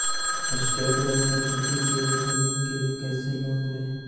State bank से खेती की जमीन के लिए कैसे लोन ले?